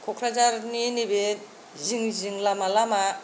क'क्राझारनि नैबे जिं जिं लामा लामा